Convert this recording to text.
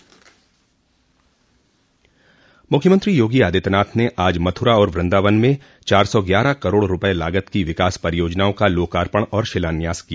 मुख्यमंत्री योगी आदित्यनाथ ने आज मथुरा और वृंदावन में चार सौ ग्यारह करोड़ रूपये लागत की विकास परियोजनाओं का लोकार्पण और शिलान्यास किया